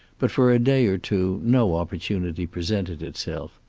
but for a day or two no opportunity presented itself.